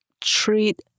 treat